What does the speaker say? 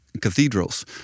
cathedrals